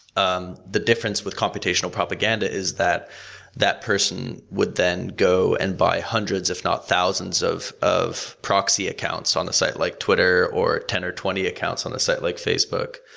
um the difference with computational propaganda is that that person would then go and buy hundreds, if not thousands of proxy proxy accounts on a site, like twitter, or ten or twenty accounts on a site like facebook,